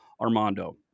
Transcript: Armando